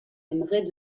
aimerait